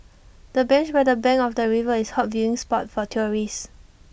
the bench by the bank of the river is hot viewing spot for tourists